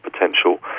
Potential